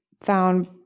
found